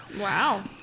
Wow